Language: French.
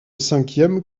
cinquième